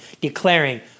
declaring